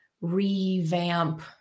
revamp